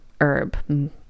herb